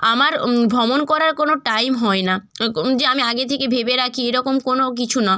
আমার ভ্রমণ করার কোনো টাইম হয় না কোন যে আমি আগে থেকে ভেবে রাখি এরকম কোনো কিছু না